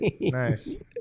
Nice